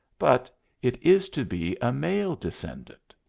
but it is to be a male descendant.